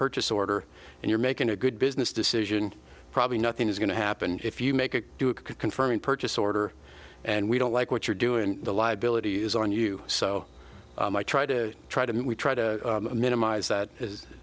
purchase order and you're making a good business decision probably nothing is going to happen if you make a confirming purchase order and we don't like what you're doing the liability is on you so i try to try to make we try to minimize that as